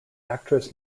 actress